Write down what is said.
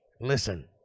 Listen